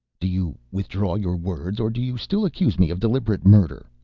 do you withdraw your words, or do you still accuse me of deliberate murder?